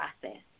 process